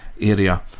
area